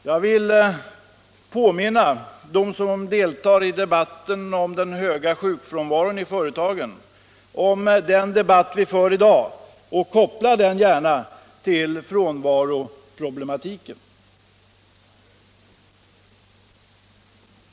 Jag vill påminna dem som deltar i debatten kring den höga sjukfrånvaron i företagen om den debatt vi för i dag och ber dem koppla den till frånvaroproblematiken.